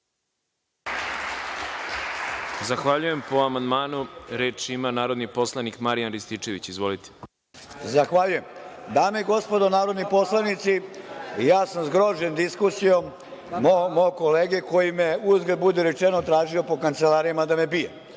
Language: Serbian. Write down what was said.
Zahvaljujem. Po amandmanu reč ima narodni poslanik Marijan Rističević. **Marijan Rističević** Zahvaljujem. Dame i gospodo narodni poslanici, ja sam zgrožen diskusijom mog kolege koji me, uzgred budi rečeno, tražio po kancelarijama da me bije,